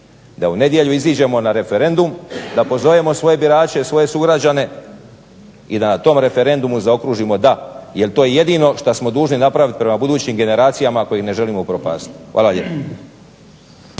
da u nedjelju izađemo na referendum, da pozovemo svoje birače i svoje sugrađane i da na tom referendumu zaokružimo "da" jer to je jedino što smo dužni napraviti prema budućim generacijama ako ih ne želimo upropastiti. Hvala lijepo.